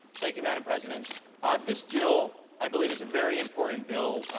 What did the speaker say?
thanks, madam president this bill i believe is a very important bill,